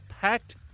packed